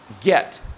get